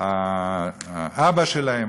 האבא שלהם,